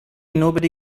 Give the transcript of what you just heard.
nobody